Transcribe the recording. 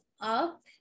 up